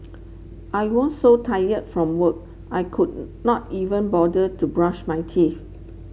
I was so tired from work I could not even bother to brush my teeth